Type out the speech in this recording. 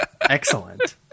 Excellent